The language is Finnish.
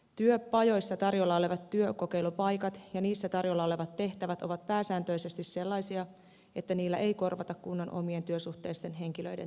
työpajoissa tarjolla olevat työkokeilupaikat ja niissä tarjolla olevat tehtävät ovat pääsääntöisesti sellaisia että niillä ei korvata kunnan omien työsuhteisten henkilöiden työpanosta